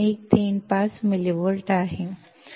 0135 ಮಿಲಿವೋಲ್ಟ್ಗಳನ್ನು ಹೊಂದಿದ್ದೇವೆ